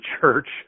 church